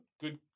good